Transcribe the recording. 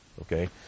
okay